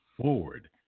forward